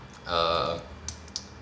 err